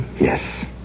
Yes